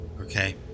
okay